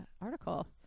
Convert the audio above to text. article